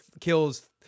kills